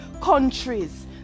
countries